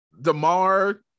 Damar